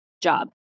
job